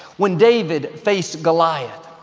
when david faced goliath,